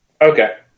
Okay